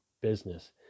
business